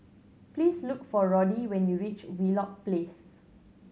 please look for Roddy when you reach Wheelock Place